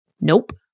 Nope